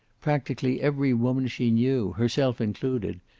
practically every woman she knew, herself included,